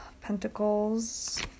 pentacles